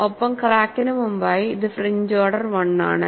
ഒപ്പം ക്രാക്കിന് മുമ്പായി ഇത് ഫ്രിഞ്ച് ഓർഡർ 1 ആണ്